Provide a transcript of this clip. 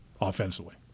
offensively